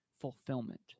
fulfillment